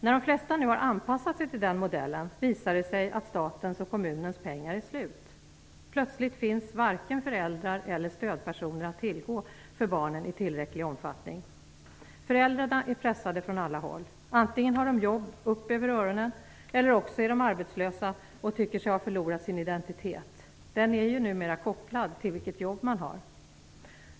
När de flesta nu har anpassat sig till den modellen visar det sig att statens och kommunens pengar är slut. Plötsligt finns varken föräldrar eller stödpersoner att tillgå för barnen i tillräcklig omfattning. Föräldrarna är pressade från alla håll. Antingen har de jobb upp över öronen, eller också är de arbetslösa och tycker sig ha förlorat sin identitet. Den är ju numera kopplad till vilket jobb man har.